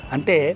Ante